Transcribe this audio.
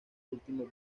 último